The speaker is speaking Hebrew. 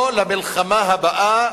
לא למלחמה הבאה,